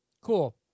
Cool